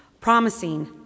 promising